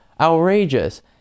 outrageous